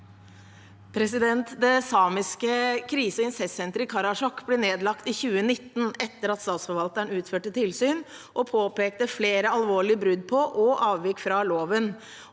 Det samis- ke krise- og incestsenteret i Karasjok ble nedlagt i 2019 etter at Statsforvalteren utførte tilsyn og påpekte flere alvorlige brudd på og avvik fra loven.